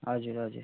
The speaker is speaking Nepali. हजुर